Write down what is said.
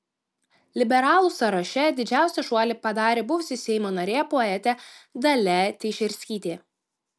liberalų sąraše didžiausią šuolį padarė buvusi seimo narė poetė dalia teišerskytė